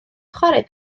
chwarae